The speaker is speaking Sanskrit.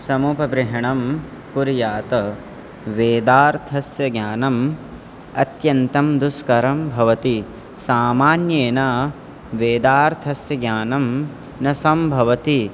समुपब्रह्मणं कुर्यात् वेदार्थस्य ज्ञानम् अत्यन्तं दुस्करं भवति सामान्येन वेदार्थस्य ज्ञानं न सम्भवति